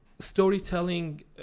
storytelling